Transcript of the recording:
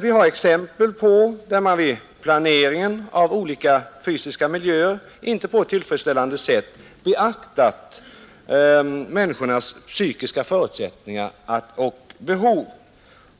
Vi har exempel på att man vid planeringen av olika fysiska miljöer inte på ett tillfredsställande sätt har beaktat människornas psykiska förutsättningar och behov.